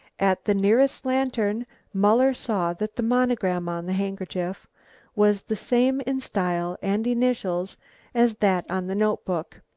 at the nearest lantern muller saw that the monogram on the handkerchief was the same in style and initials as that on the notebook.